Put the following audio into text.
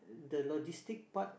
the logistic part